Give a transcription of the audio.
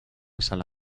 sala